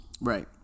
Right